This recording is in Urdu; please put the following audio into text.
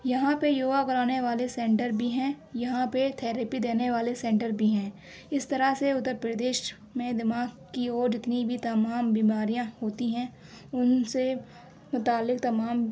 یہاں پہ یوگا کرانے والے سنٹر بھی ہیں یہاں پہ تھیرپی دینے والے سنٹر بھی ہیں اس طرح سے اتر پردیش میں دماغ کی اور جتنی بھی تمام بیماریاں ہوتی ہیں ان سے متعلق تمام